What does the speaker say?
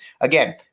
Again